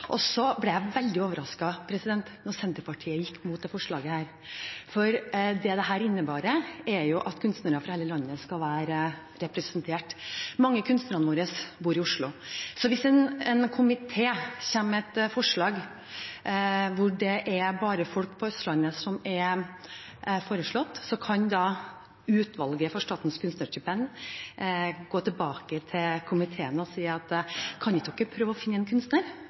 fram. Så ble jeg veldig overrasket da Senterpartiet gikk imot dette forslaget. For det dette innebærer, er jo at kunstnere fra hele landet skal være representert. Mange av kunstnerne våre bor i Oslo. Så hvis en komité kommer med et forslag hvor det bare er folk på Østlandet som er foreslått, kan Utvalget for statens kunstnerstipend gå tilbake til komiteen og si: Kan ikke dere prøve å finne en kunstner